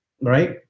right